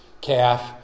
calf